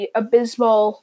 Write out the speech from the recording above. abysmal